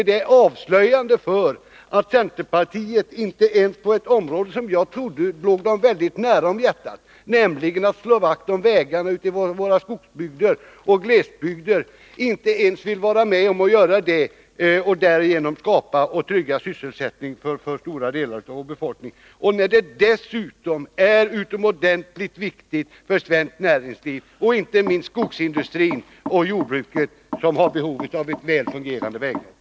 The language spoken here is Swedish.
Det är avslöjande — det visar att centerpartiet inte ens på ett område som jag trodde låg centerpartiet väldigt varmt om hjärtat, nämligen när det gäller att slå vakt om vägarna ute i våra skogsbygder och glesbygder, vill vara med om att skapa och trygga sysselsättning för stora delar av befolkningen. Att göra detta är dessutom utomordentligt viktigt för svenskt näringsliv och inte minst för skogsindustrin och jordbruket, som har behov av ett väl fungerande vägnät.